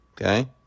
okay